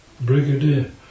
Brigadier